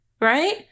right